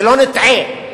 שלא נטעה.